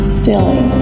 silly